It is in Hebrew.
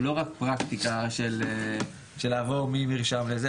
ולא רק פרקטיקה של לעבור מרישיון למרשם.